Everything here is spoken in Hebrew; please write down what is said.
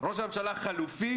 ראש ממשלה חלופי